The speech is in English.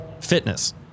fitness